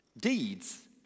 Deeds